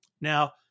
Now